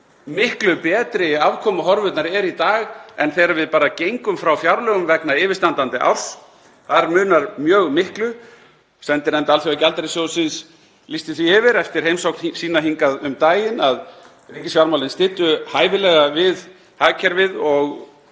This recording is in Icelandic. miklu betri afkomuhorfurnar eru í dag en þegar við gengum frá fjárlögum vegna yfirstandandi árs. Þar munar mjög miklu. Sendinefnd Alþjóðagjaldeyrissjóðsins lýsti því yfir eftir heimsókn sína hingað um daginn að ríkisfjármálin styddu hæfilega við hagkerfið og